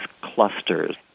clusters